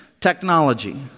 technology